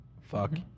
fuck